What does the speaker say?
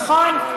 נכון,